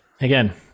Again